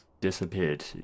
disappeared